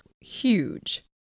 huge